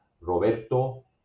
Roberto